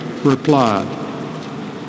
replied